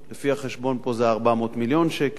לפי החשבון פה זה 400 מיליון שקל.